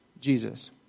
Jesus